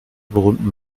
berühmten